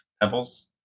pebbles